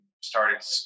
started